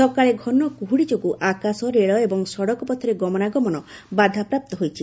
ସକାଳେ ଘନ କୁହୁଡ଼ି ଯୋଗୁଁ ଆକାଶ ରେଳ ଏବଂ ସଡ଼କପଥରେ ଗମନାଗମନ ବାଧାପ୍ରାପ୍ତ ହୋଇଛି